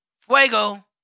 Fuego